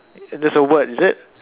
there's a word is it